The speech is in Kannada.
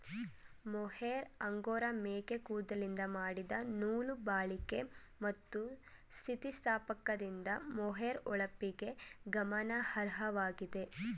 ಮೊಹೇರ್ ಅಂಗೋರಾ ಮೇಕೆ ಕೂದಲಿಂದ ಮಾಡಿದ ನೂಲು ಬಾಳಿಕೆ ಮತ್ತು ಸ್ಥಿತಿಸ್ಥಾಪಕದಿಂದ ಮೊಹೇರ್ ಹೊಳಪಿಗೆ ಗಮನಾರ್ಹವಾಗಿದೆ